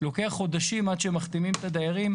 לוקח חודשים עד שמחתימים את הדיירים,